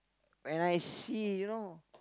when I see you know